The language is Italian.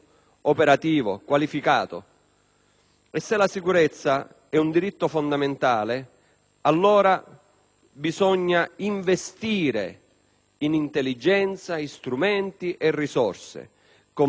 E se la sicurezza è un diritto fondamentale, allora bisogna investire in intelligenza, in strumenti e in risorse, con vere e concrete risorse finanziarie.